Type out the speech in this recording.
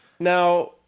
Now